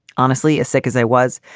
honestly, as sick as i was,